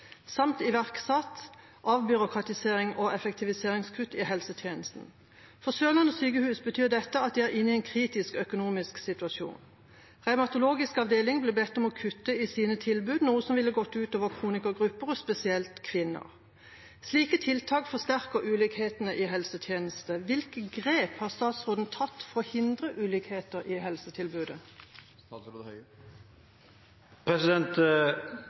samt iverksatt ABE-kutt i helsetjenesten. For Sørlandet sykehus betyr dette at de er inne i en kritisk økonomisk situasjon. Revmatologisk avdeling ble bedt om å kutte i sine tilbud, noe som ville gått ut over kronikergrupper og spesielt kvinner. Slike tiltak forsterker ulikhetene i helsetjenesten. Hvilke grep har statsråden tatt for å hindre ulikheter i helsetilbudet?»